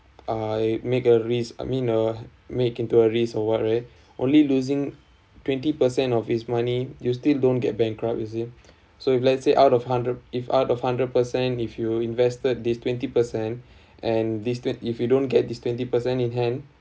I make a risk I mean uh make into a risk or what right only losing twenty percent of his money you still don't get bankrupt you see so if let's say out of hundred if out of hundred percent if you invested these twenty percent and this twen~ if you don't get this twenty percent in hand